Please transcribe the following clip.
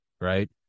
Right